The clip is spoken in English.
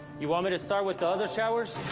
you want me to start with the other showers?